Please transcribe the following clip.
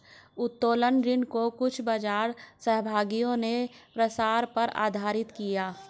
उत्तोलन ऋण को कुछ बाजार सहभागियों ने प्रसार पर आधारित किया